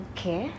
Okay